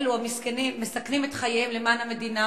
אלו המסכנים את חייהם למען המדינה,